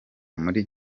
muri